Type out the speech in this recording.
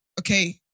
Okay